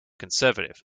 conservative